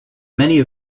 many